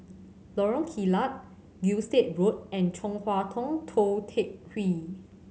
Lorong Kilat Gilstead Road and Chong Hua Tong Tou Teck Hwee